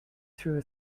through